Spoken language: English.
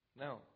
Now